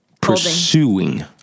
pursuing